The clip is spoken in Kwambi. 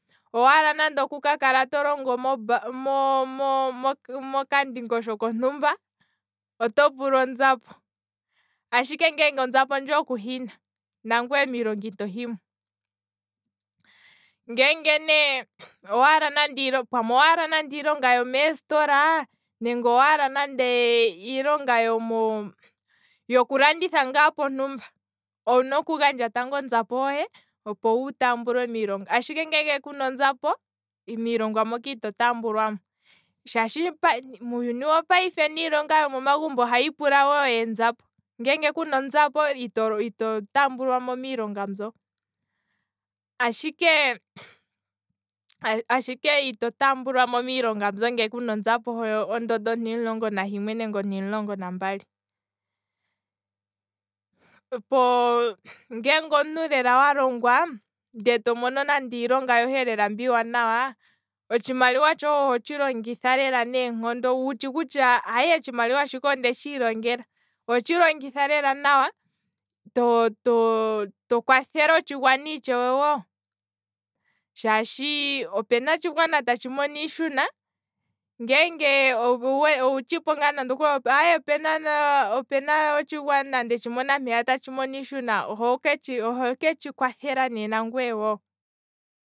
Owaala nande oku kakala to tongo nande mo- mo- mokandingosho kontumba, oto pulwa onzapo, ashike ngele onzapo ndjoka kuhina nena miilonga moka ito himo, ngeenge ne pamwe owaala nande iilonga yomeesitola, nenge pamwe owaala nande iilonga yomo, yokulanditha ngaa pontumba, owuna okugandja onzapo hohe opo wu tambulwe miilonga, ashike ngele onzapo ku hina, miilonga moka ito tambulwamo, shaashi muuyuni wopayife niilonga yomo magumbo ohayi pula wo eenzapo, ngeenge kuna onzapo ito- ito tambulwamo miilonga mbyo, ashike, ashike ito tambulwamo miilonga mo ngele kuna onzapo hondondo ontimulongo nahimwe nenge nambali, ngeenge omuntu lela walongwa ndee tomono iilonga yohe lela mbi iiwanawa, otshimaliwa tshohe ohotshi longitha lela neenkondo witshi lela kutya otshimaliwa shika ondetshi ilongela, oho tshilongitha lela nawa to kwathele otshigwana itshewe wo, shaashi opena otshigwana tatshi mono iishuna, ngeenge owutshipo nande opena otshigwana ndetshi mona mpeya tatshi mono iishuna, oho ketshi kwathela nagweye wo.